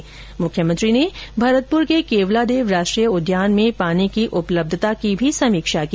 इधर मुख्यमंत्री ने भरतपुर के केवलादेव राष्ट्रीय उद्यान में पानी की उपलब्धता की भी समीक्षा की